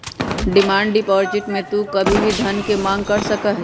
demand deposit में तू कभी भी धन के मांग कर सका हीं